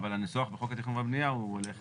אבל הניסוח בחוק התכנון והבנייה הוא הולך